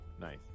Nice